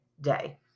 day